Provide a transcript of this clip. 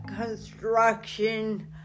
construction